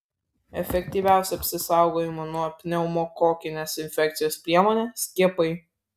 efektyviausia apsisaugojimo nuo pneumokokinės infekcijos priemonė skiepai